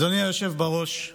אדוני היושב-ראש,